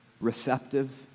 receptive